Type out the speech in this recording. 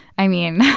i mean,